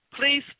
Please